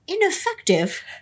ineffective